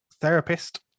therapist